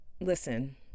listen